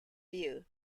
view